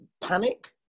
Panic